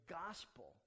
gospel